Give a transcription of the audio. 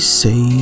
say